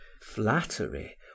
flattery